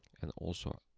and also